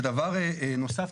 ודבר נוסף,